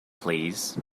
please